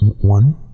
One